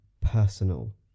personal